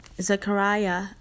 Zechariah